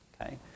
okay